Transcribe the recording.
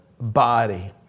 body